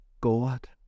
God